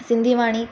Sindhi Vani